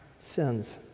sins